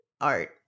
art